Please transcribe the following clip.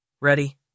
Ready